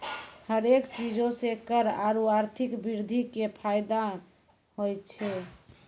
हरेक चीजो से कर आरु आर्थिक वृद्धि के फायदो होय छै